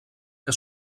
que